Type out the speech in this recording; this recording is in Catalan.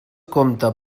comte